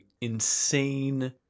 insane